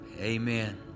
Amen